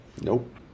Nope